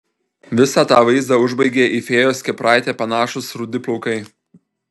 visą tą vaizdą užbaigė į fėjos kepuraitę panašūs rudi plaukai